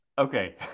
Okay